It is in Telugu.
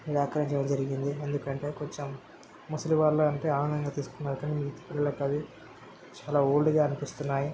నిరాకరించడం జరిగింది ఎందుకంటే కొంచెం ముసలి వాళ్ళు అంటే ఆనందంగా తీసుకున్నారు కాని పిల్లలకి అది చాలా ఓల్డ్గా అనిపిస్తున్నాయి